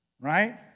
Right